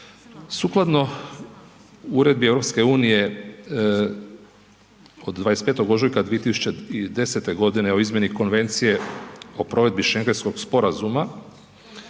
Sukladno Uredbi EU od 25. ožujka 2010. g. o izmijeni Konvencije o provedbi Šengenskog sporazuma